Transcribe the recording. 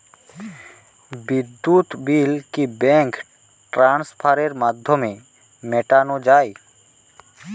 বিদ্যুৎ বিল কি ব্যাঙ্ক ট্রান্সফারের মাধ্যমে মেটানো য়ায়?